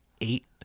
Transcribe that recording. eight